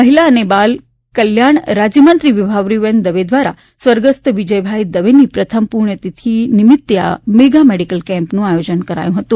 મહિલા અને બાળ કલ્યાણ રાજ્યમંત્રી વિભાવરીબહેન દવે દ્વારા સ્વર્ગસ્થ વિજયભાઈ દવેની પ્રથમ પુસ્થતિથી નિમિત્તે આ મેગા મેડિકલ કેમ્પનું આયોજન કરાયું હતું